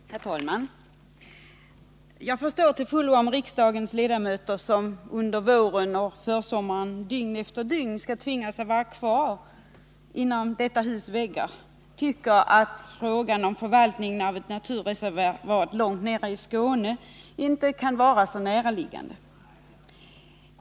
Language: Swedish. Herr talman! Jag förstår till fullo om riksdagens ledamöter, som under våren och försommaren dygn efter dygn tvingats att vara kvar inom detta hus väggar, tycker att frågan om förvaltningen av ett naturreservat långt nere i Skåne inte känns särskilt näraliggande.